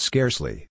Scarcely